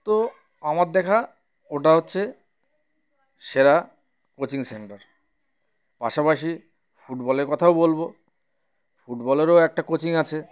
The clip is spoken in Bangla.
তো আমার দেখা ওটা হচ্ছে সেরা কোচিং সেন্টার পাশাপাশি ফুটবলের কথাও বলবো ফুটবলেরও একটা কোচিং আছে